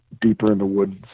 deeper-in-the-woods